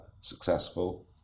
successful